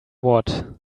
what